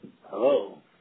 Hello